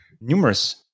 numerous